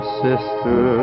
sister